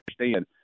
understand